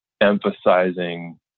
emphasizing